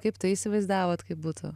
kaip tai įsivaizdavot kaip būtų